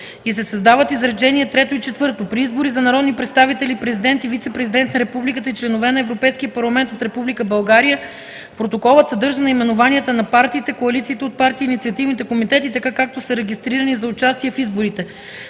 и се създават изречение трето и четвърто: „При избори за народни представители, президент и вицепрезидент на републиката и членове на Европейския парламент от Република България протоколът съдържа наименованията на партиите, коалициите от партии, инициативните комитети, така както са регистрирани за участие в изборите.